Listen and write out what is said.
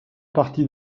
partie